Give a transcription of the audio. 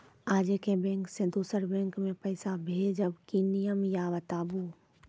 आजे के बैंक से दोसर बैंक मे पैसा भेज ब की नियम या बताबू?